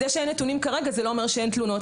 זה שאין נתונים כרגע, זה לא אומר שאין תלונות.